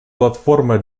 платформы